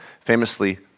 famously